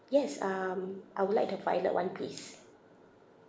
yes um I would like the violet one please